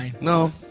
No